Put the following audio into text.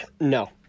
no